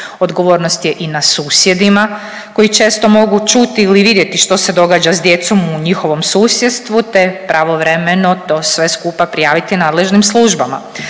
odgovornost je i na susjedima koji često mogu čuti ili vidjeti što se događa s djecom u njihovom susjedstvu, te pravovremeno to sve skupa prijaviti nadležnim službama.